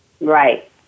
Right